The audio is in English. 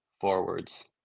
forwards